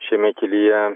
šiame kelyje